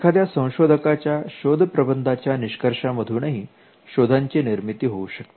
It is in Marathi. एखाद्या संशोधका च्या शोध प्रबंधाच्या निष्कर्ष मधूनही शोधांची निर्मिती होऊ शकते